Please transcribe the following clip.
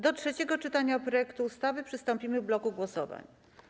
Do trzeciego czytania projektu ustawy przystąpimy w bloku głosowań.